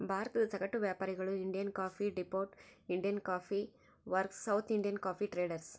ಭಾರತದ ಸಗಟು ವ್ಯಾಪಾರಿಗಳು Indian coffee depot, Indian coffee works, south Indian coffee traders